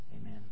Amen